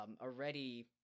already